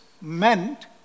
meant